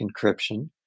encryption